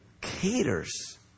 caters